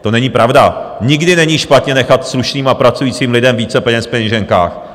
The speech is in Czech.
To není pravda, nikdy není špatně nechat slušným a pracujícím lidem více peněz v peněženkách.